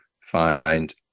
find